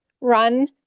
Run